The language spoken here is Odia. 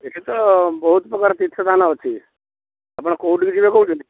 ଏଠି ତ ବହୁତ ପ୍ରକାର ତୀର୍ଥସ୍ଥାନ ଅଛି ଆପଣ କେଉଁଠିକୁ ଯିବେ କହୁଛନ୍ତି